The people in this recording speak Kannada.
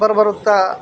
ಬರು ಬರುತ್ತೆ